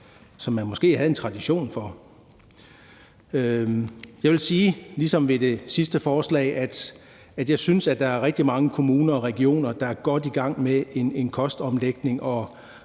som man måske havde en tradition for. Jeg vil sige ligesom ved det sidste forslag, at jeg synes, der er rigtig mange kommuner og regioner, der er godt i gang med en kostomlægning,